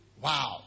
Wow